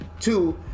Two